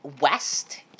West